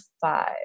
five